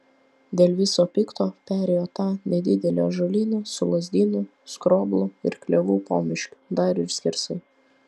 dėl viso pikto perėjo tą nedidelį ąžuolyną su lazdynų skroblų ir klevų pomiškiu dar ir skersai